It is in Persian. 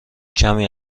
کمی